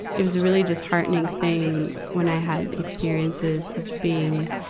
it was a really disheartening thing when i had experiences of being,